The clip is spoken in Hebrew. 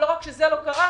לא רק זה לא קרה,